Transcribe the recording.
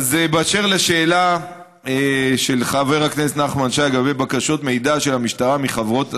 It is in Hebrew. אשר לשאלה של חבר הכנסת נחמן שי לגבי בקשות מידע של המשטרה מחברות,